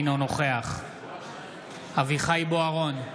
אינו נוכח אביחי אברהם בוארון,